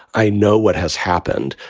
i know what has happened.